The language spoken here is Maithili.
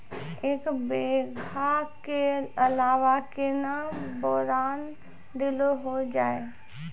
एक बीघा के अलावा केतना बोरान देलो हो जाए?